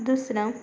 दुसरं